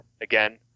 again